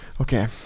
Okay